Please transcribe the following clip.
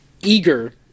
eager